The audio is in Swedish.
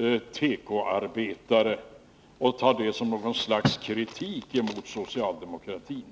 000 tekoarbetare och tar det som något slags kritik mot socialdemokratin.